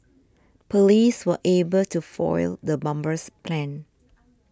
police were able to foil the bomber's plans